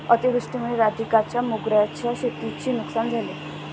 अतिवृष्टीमुळे राधिकाच्या मोगऱ्याच्या शेतीची नुकसान झाले